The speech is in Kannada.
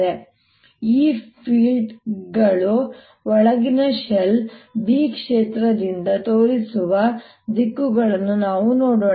E ಫೀಲ್ಡ್ಗಳು ಒಳಗಿನ ಶೆಲ್ B ಕ್ಷೇತ್ರದಿಂದ ಮೇಲಕ್ಕೆ ತೋರಿಸುವ ದಿಕ್ಕುಗಳನ್ನು ನಾವು ನೋಡೋಣ